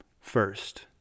First